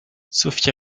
sophia